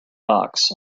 box